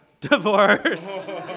Divorce